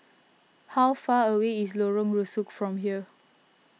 how far away is Lorong Rusuk from here